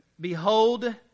Behold